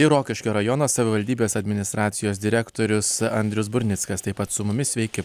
ir rokiškio rajono savivaldybės administracijos direktorius andrius burnickas taip pat su mumis sveiki